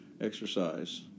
exercise